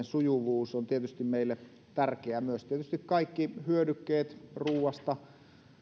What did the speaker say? sujuvuus on tietysti meille tärkeää tietysti myös kaikki hyödykkeet ruuasta